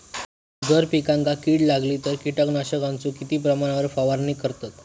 जर पिकांका कीड लागली तर कीटकनाशकाचो किती प्रमाणावर फवारणी करतत?